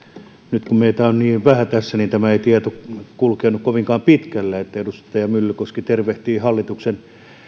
nyt kun meitä on niin vähän tässä niin tämä tieto ei kulje kovinkaan pitkälle että edustaja myllykoski tervehtii hallituksen